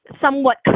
somewhat